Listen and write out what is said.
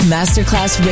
Masterclass